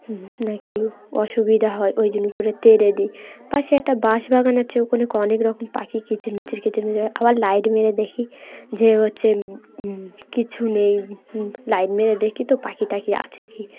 নাকি অসুবিধা হয় ওই জন্য করে তেরে দিই পাশে একটা বাঁশ বাাগান আছে ওখানে অনেক রকম পাখি কিচির মিচির কিচির মিচির আবার লাইট মেরে দেখি যে হচ্ছে কিছু নেই লাইট মেরে দেখি তো পাখি টাখি আছে কি